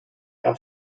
herr